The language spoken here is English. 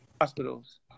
hospitals